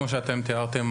כמו שתיארתם,